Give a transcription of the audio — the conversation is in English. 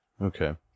Okay